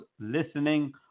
listening